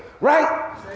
Right